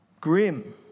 Grim